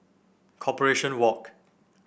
Corporation Walk